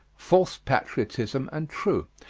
false patriotism and true,